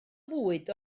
fwyd